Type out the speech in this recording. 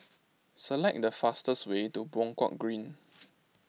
select the fastest way to Buangkok Green